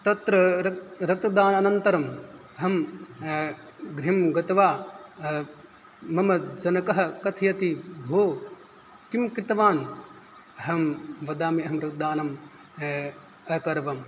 तत्र रक् रक्तदानान्तरम् अहं गृहं गत्वा मम जनकः कथयति भोः किं कृतवान् अहं वदामि अहं रक्तदानं अकरवम्